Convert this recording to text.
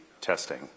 testing